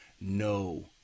No